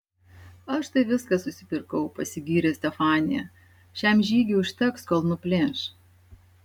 aš tai viską susipirkau pasigyrė stefanija šiam žygiui užteks kol nuplėš